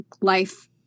life